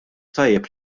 tajjeb